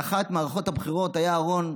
באחת ממערכות הבחירות היה אהרן,